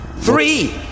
Three